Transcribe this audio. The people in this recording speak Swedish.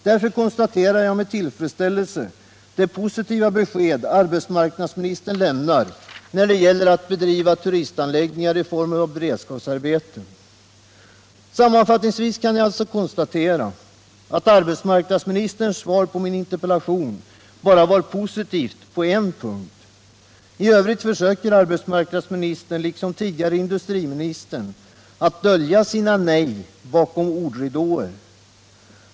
Därför konstaterar jag med tillfredsställelse det positiva besked arbetsmarknadsministern lämnar när det gäller att bedriva turistanläggningar i form av beredskapsarbeten. Sammanfattningsvis kan jag alltså konstatera att arbetsmarknadsministerns svar på min interpellation bara var positivt på en punkt. I övrigt försöker arbetsmarknadsministern, liksom tidigare industriministern, att dölja sina nej bakom ordridåer.